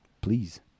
Please